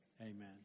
Amen